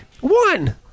One